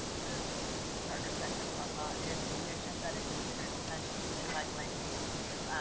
for the purposes of charter section, blah, blah, if conditions that are considered essential to minimize land use review,